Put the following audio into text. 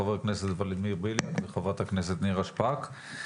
ח"כ ולדימיר בליאק וח"כ נירה שפק.